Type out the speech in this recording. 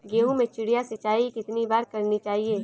गेहूँ में चिड़िया सिंचाई कितनी बार करनी चाहिए?